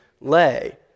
lay